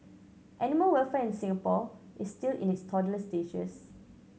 animal welfare in Singapore is still in its toddler stages